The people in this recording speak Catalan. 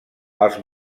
els